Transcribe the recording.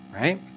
right